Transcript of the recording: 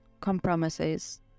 compromises